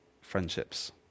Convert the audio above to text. friendships